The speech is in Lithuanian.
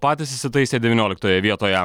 patys įsitaisė devynioliktoje vietoje